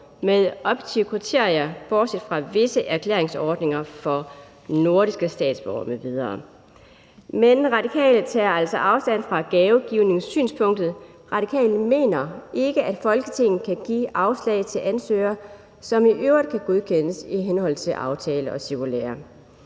med objektive kriterier, bortset fra visse erklæringsordninger for nordiske statsborgere m.v. Men Radikale Venstre tager altså afstand fra gavegivningssynspunktet. Radikale Venstre mener ikke, at Folketinget kan give afslag til ansøgere, som i øvrigt kan godkendes i henhold til aftaler og cirkulærer.